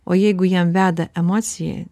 o jeigu jam veda emocija